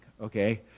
okay